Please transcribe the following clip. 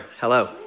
Hello